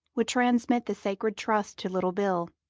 would transmit the sacred trust to little bill.